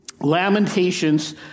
Lamentations